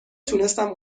تونستم